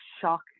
shock